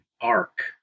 arc